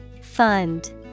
Fund